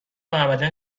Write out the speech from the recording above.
ابدا